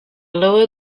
lower